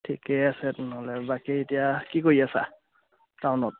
ঠিকেই আছে তেনেহ'লে বাকী এতিয়া কি কৰি আছা টাউনত